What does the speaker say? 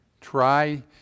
try